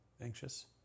anxious